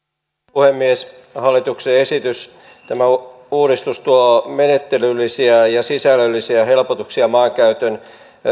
puhemies hallituksen esitys tämä uudistus tuo menettelyllisiä ja sisällöllisiä helpotuksia maankäytön